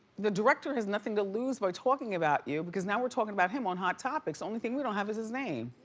the director has nothing to lose by talking about you because now we're talking about him on hot topics. the only thing we don't have is his name.